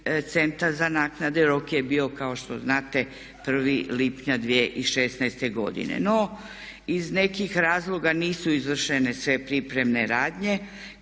centar za naknade. Rok je bio kao što znate 1. lipnja 2016. godine. No iz nekih razloga nisu izvršene sve pripremne radnje